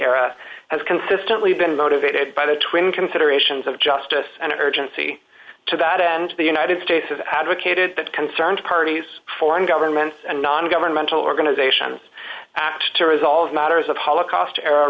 era has consistently been motivated by the twin considerations of justice and urgency to that end the united states has advocated the concerned parties foreign governments and nongovernmental organizations to resolve matters of holocaust or